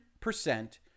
percent